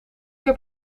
heb